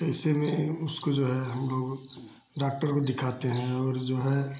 ऐसे में उसको जो है हमलोग डॉक्टर को दिखाते हैं और जो है